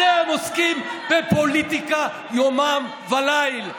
שניהם עוסקים בפוליטיקה יומם וליל.